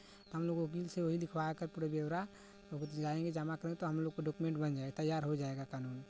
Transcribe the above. तो हमलोग वकील से वहीं लिखवा कर पूरा ब्यौरा जायेंगे जमा करेंगे तो हमलोग को डॉक्यूमेंट तैयार हो जायेगा कानून